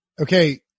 okay